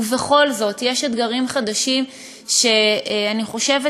ובכל זאת יש אתגרים חדשים שאני חושבת